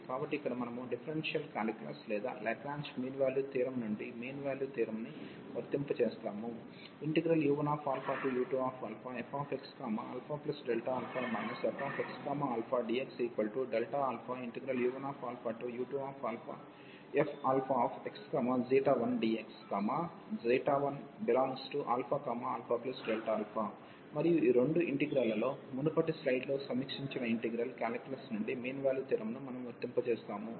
కాబట్టి ఇక్కడ మనము డిఫరెన్షియల్ కాలిక్యులస్ లేదా లాగ్రేంజ్ మీన్ వాల్యూ థియోరమ్ నుండి మీన్ వాల్యూ థియోరమ్ ని వర్తింపజేస్తాము u1u2fxα fxαdxu1u2fx1dx 1ααΔα మరియు ఈ రెండు ఇంటిగ్రల్లలో మునుపటి స్లైడ్లో సమీక్షించిన ఇంటిగ్రల్ కాలిక్యులస్ నుండి మీన్ వాల్యూ థియోరమ్ ని మనము వర్తింపజేస్తాము